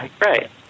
right